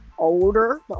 older